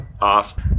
off